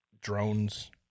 drones